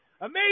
Amazing